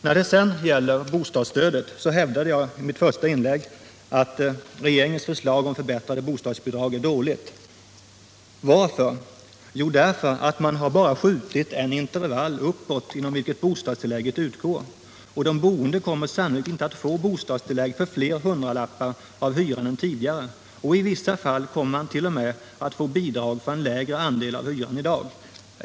Fredagen den Beträffande bostadsstödet hävdade jag i mitt första inlägg att rege 11 november 1977 ringens förslag om förbättrade bostadsbidrag är dåligt. Varför? Jo, därför. i att man bara skjuter den gräns uppåt inom vilken bostadstillägget utgår. Om bostadspoliti De boende kommer sannolikt inte att få bostadstillägg för fler hundra = ken lappar av hyran än tidigare. I vissa fall kommer man t.o.m. att få bidrag för en mindre andel av hyran i dag.